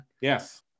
yes